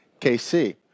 KC